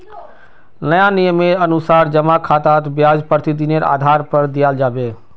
नया नियमेर अनुसार जमा खातात ब्याज प्रतिदिनेर आधार पर दियाल जाबे